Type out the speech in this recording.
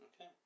Okay